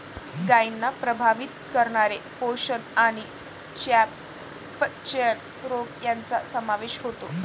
गायींना प्रभावित करणारे पोषण आणि चयापचय रोग यांचा समावेश होतो